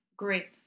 Great